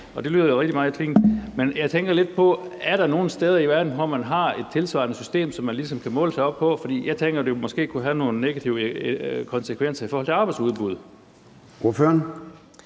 Det lyder jo rigtig fint, men jeg tænker lidt på, om der er nogen steder i verden, hvor man har et tilsvarende system, som man ligesom kan måle det op imod. For jeg tænker, at det måske kunne have nogle negative konsekvenser i forhold til arbejdsudbuddet.